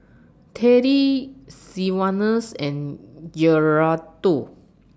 Teddy Sylvanus and Gerardo